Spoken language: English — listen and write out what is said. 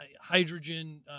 hydrogen